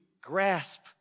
grasp